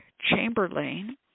Chamberlain